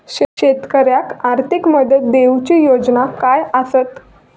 शेतकऱ्याक आर्थिक मदत देऊची योजना काय आसत?